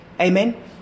Amen